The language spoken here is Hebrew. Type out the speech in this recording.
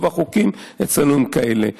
רוב החוקים אצלנו הם כאלה.